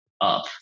up